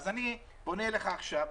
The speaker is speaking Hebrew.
אני פונה אליך עכשיו.